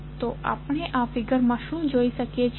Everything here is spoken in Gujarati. તો આપણે આ ફિગરમાં શું જોઈ શકીએ છીએ